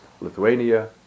Lithuania